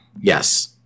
Yes